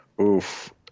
oof